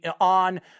on